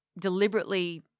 deliberately